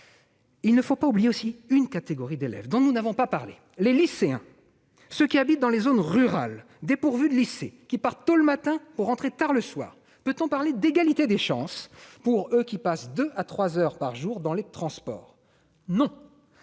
également à l'esprit une catégorie d'élèves dont nous n'avons pas parlé : les lycéens des zones rurales dépourvues de lycées, qui partent tôt le matin pour rentrer tard le soir. Peut-on parler d'égalité des chances pour ces jeunes, qui passent deux à trois heures par jour dans les transports ? Non !